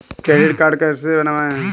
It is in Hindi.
क्रेडिट कार्ड कैसे बनवाएँ?